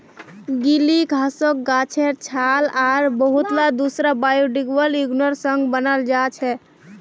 गीली घासक गाछेर छाल आर बहुतला दूसरा बायोडिग्रेडेबल यौगिकेर संग बनाल जा छेक